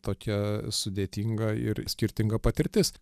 tokia sudėtinga ir skirtinga patirtis